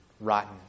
rotten